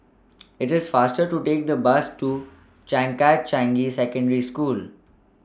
IT IS faster to Take The Bus to Changkat Changi Secondary School